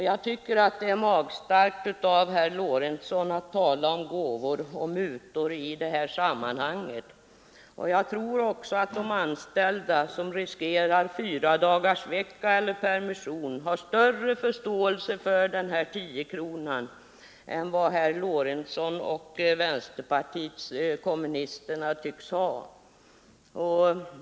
Jag tycker det är magstarkt av herr Lorentzon att tala om gåvor och mutor i det sammanhanget. Vidare tror jag att de anställda, som riskerar fyradagarsvecka eller permission, har större förståelse för de 10 kronor det här rör sig om än vad herr Lorentzon och vänsterpartiet kommunisterna tycks ha.